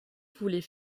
voulait